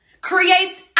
creates